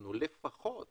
חטפנו לפחות